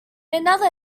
another